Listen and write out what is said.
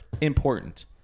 important